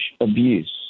abuse